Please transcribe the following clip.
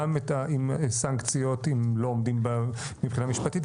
גם את הסנקציות אם לא עומדים מבחינה משפטית,